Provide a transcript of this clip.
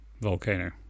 volcano